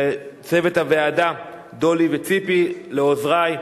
לצוות הוועדה, דולי וציפי, לעוזרי,